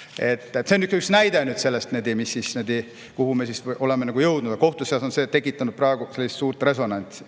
See on üks näide sellest, kuhu me oleme jõudnud. Kohtutes on see tekitanud praegu suurt resonantsi.